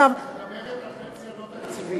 את מדברת על פנסיה לא תקציבית.